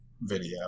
video